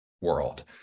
world